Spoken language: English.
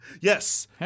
Yes